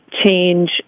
change